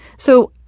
so,